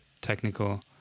technical